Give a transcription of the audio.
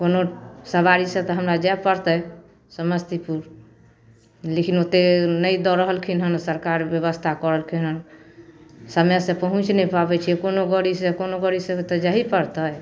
कोनो सवारीसँ तऽ हमरा जाए पड़तै समस्तीपुर लेकिन ओतेक नहि दऽ रहलखिन हँ सरकार बेबस्था कहलखिन हँ समयसँ पहुँच नहि पाबै छी कोनो गड़ीसँ कोनो गड़ीसँ तऽ जाही पड़तै